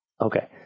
Okay